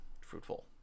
Fruitful